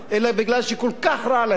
אלא בגלל שכל כך רע להם,